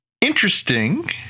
interesting